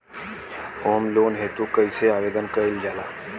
Home loan हेतु कइसे आवेदन कइल जाला?